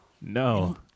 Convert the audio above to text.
No